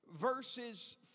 verses